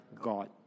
God